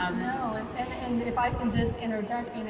um no. and and and if i can just interject, you know